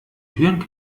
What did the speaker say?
türen